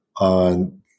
on